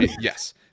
Yes